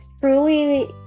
Truly